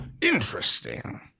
Interesting